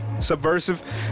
Subversive